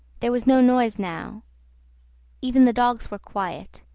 there was no noise now even the dogs were quiet,